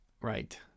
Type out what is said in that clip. Right